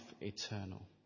eternal